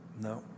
No